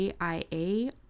AIA